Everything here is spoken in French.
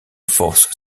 force